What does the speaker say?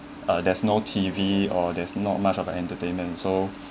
uh there's no T_V or there's not much of an entertainment so